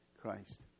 Christ